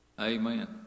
Amen